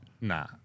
Nah